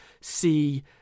see